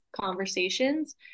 conversations